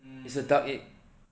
it's a duck egg